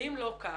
אם לא כך,